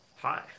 hi